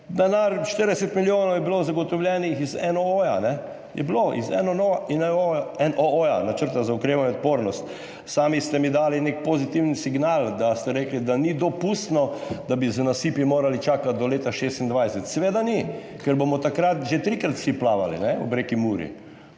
Denar, 40 milijonov je bilo zagotovljenih iz NOO, je bilo iz NOO, Načrta za okrevanje in odpornost, sami ste mi dali nek pozitiven signal, ste rekli, da ni dopustno, da bi z nasipi morali čakati do leta 2026. Seveda ni, ker bomo takrat že trikrat vsi ob reki Muri